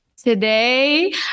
Today